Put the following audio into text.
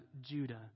Judah